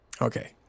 Okay